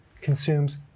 consumes